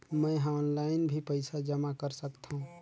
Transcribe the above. मैं ह ऑनलाइन भी पइसा जमा कर सकथौं?